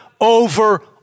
over